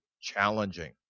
challenging